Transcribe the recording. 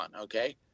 okay